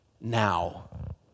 now